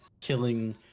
killing